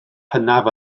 hynaf